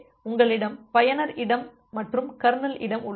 எனவே உங்களிடம் பயனர் இடம் மற்றும் கர்னல் இடம் உள்ளது